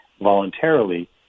voluntarily